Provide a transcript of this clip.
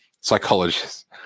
psychologist